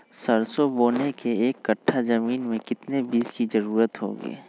सरसो बोने के एक कट्ठा जमीन में कितने बीज की जरूरत होंगी?